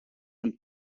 and